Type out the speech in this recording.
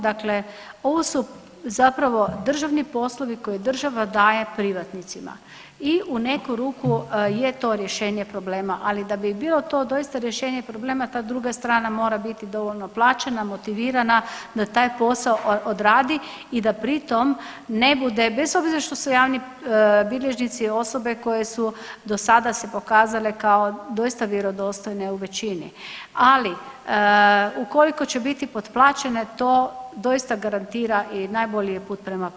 Dakle, ovo su zapravo državni poslovi koje država daje privatnicima i u neku ruku je to rješenje problema, ali da bi bilo to doista rješenje problema ta druga strana mora biti dovoljno plaćena, motivirana da taj posao odradi i da pritom ne bude bez obzira što su javni bilježnici osobe koji su dosada se pokazale kao doista vjerodostojne u većini, ali ukoliko će biti potplaćene doista garantira i najbolji je put prema paklu.